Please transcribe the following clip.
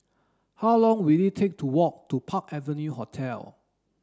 how long will it take to walk to Park Avenue Hotel